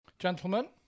Gentlemen